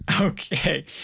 okay